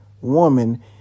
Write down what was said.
woman